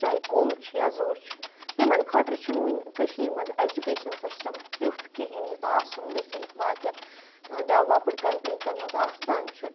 چاہے کوٚل چھُ یا زوٚر چھُ تِمَن خٲطرٕ چھُنہٕ ونہٕ کٔشیٖر مَنٛز ایجُکیشَن سِسٹَم تیُتھ کِہینۍ یُتھ آسُن گَژھِ یُتھ باقیَن ڈیولَپٕڈ کَنٹریزَن مَنٛز آسان چھُ